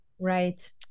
Right